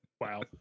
wow